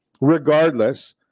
regardless